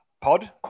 pod